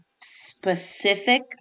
specific